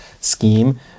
scheme